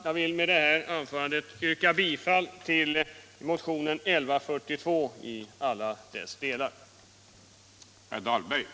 Jag vill med detta anförande i alla delar yrka bifall till motionen 1142.